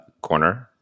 corner